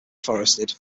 forested